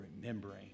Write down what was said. remembering